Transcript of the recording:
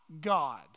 God